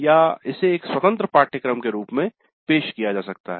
या इसे एक स्वतंत्र पाठ्यक्रम के रूप में पेश किया जा सकता है